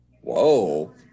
Whoa